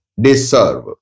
deserve